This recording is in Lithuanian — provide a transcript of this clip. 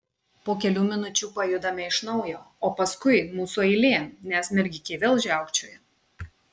po kelių minučių pajudame iš naujo o paskui mūsų eilė nes mergikė vėl žiaukčioja